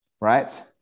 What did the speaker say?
Right